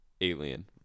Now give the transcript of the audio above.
Alien